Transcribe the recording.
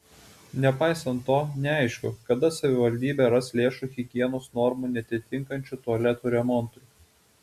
nepaisant to neaišku kada savivaldybė ras lėšų higienos normų neatitinkančių tualetų remontui